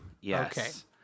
Yes